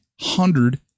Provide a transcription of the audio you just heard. hundred